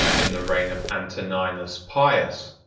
in the reign of antoninus pius,